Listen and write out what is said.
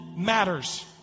matters